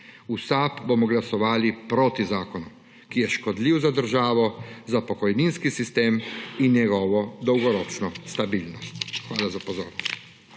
V SAB bomo glasovali proti zakonu, ki je škodljiv za državo, za pokojninski sistem in njegovo dolgoročno stabilnost. Hvala za pozornost.